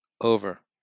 over